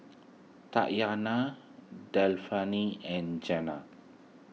Tatyanna Delphine and Jena